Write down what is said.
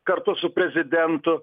kartu su prezidentu